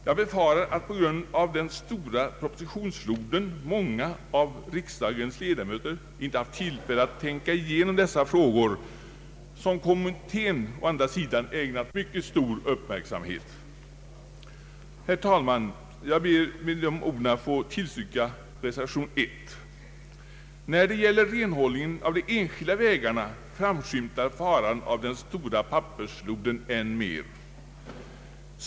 Jag befarar att många av riksdagens ledamöter på grund av den stora propositionsfloden inte haft tillfälle att tänka igenom dessa frågor, som kommittén å andra sidan ägnat mycket stor uppmärksamhet. Herr talman! Jag ber att med dessa ord få yrka bifall till reservation I. När det gäller renhållningen av de enskilda vägarna framskymtar faran av den stora pappersfloden än mer.